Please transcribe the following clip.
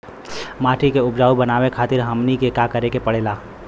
माटी के उपजाऊ बनावे खातिर हमनी के का करें के पढ़ेला?